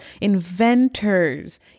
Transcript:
inventors